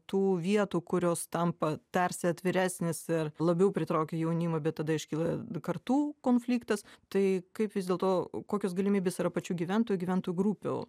tų vietų kurios tampa tarsi atviresnės ir labiau pritraukia jaunimą bet tada iškyla kartų konfliktas tai kaip vis dėlto kokios galimybės yra pačių gyventojų gyventojų grupių